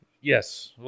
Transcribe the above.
Yes